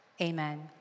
amen